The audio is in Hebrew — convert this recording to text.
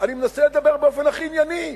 אני מנסה לדבר באופן הכי ענייני.